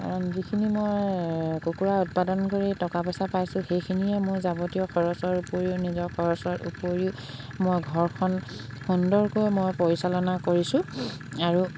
কাৰণ যিখিনি মই কুকুৰা উৎপাদন কৰি টকা পইচা পাইছোঁ সেইখিনিৰে মই যাৱতীয় খৰচৰ উপৰিও নিজৰ খৰচৰ উপৰিও মই ঘৰখন সুন্দৰকৈ মই পৰিচালনা কৰিছোঁ আৰু